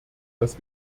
dass